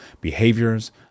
behaviors